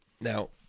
Now